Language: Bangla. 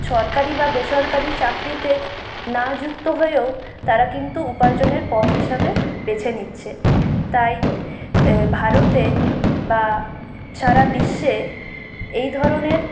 সরকারি বা বেসরকারি চাকরিতে না যুক্ত হয়েও তারা কিন্তু উপার্জনের পথ হিসাবে বেছে নিচ্ছে তাই ভারতে বা সারা বিশ্বে এই ধরণের